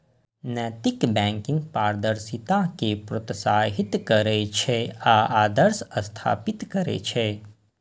नैतिक बैंकिंग पारदर्शिता कें प्रोत्साहित करै छै आ आदर्श स्थापित करै छै